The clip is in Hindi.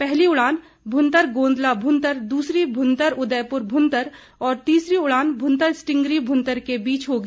पहली उड़ान भुंतर गोंदला भुंतर दूसरी भुंतर उदयपुर भुंतर और तीसरी उड़ान भुंतर स्टींगरी भुंतर के बीच होगी